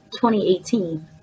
2018